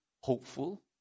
hopeful